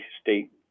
state